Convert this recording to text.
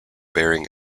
bearing